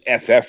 FF